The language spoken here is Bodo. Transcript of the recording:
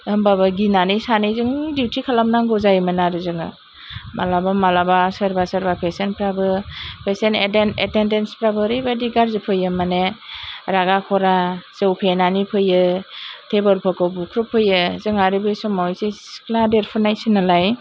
होमबाबो गिनानै सानैजों डिउटि खालामनांगौ जायोमोन आरो जोङो मालाबा मालाबा सोरबा सोरबा पेसेन्टफ्राबो पेसेन्ट एटेन्टडेन्टस फ्राबो ओरैबादि गाज्रि फैयो मानि रागा खरा जौ फेनानै फैयो टेबोल फोरखौ बुख्रुब फैयो जोंहा आरो बे समाव एसे सिख्ला देरफुनायसो नालाय